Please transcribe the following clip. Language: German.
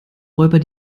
räuber